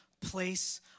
place